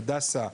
'הדסה',